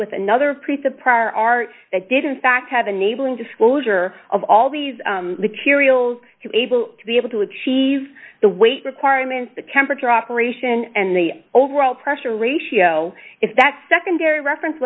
with another priest the prior art that did in fact have a neighboring disclosure of all these materials able to be able to achieve the weight requirements the temperature operation and the overall pressure ratio if that secondary reference